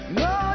no